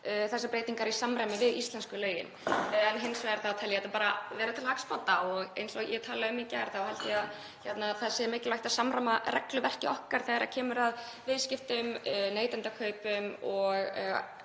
þessar breytingar í samræmi við íslensku lögin. Annars tel ég þetta bara vera til hagsbóta. Og eins og ég talaði um í gær held ég að það sé mikilvægt að samræma regluverkið okkar þegar kemur að viðskiptum, neytendakaupum og